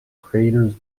creators